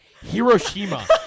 Hiroshima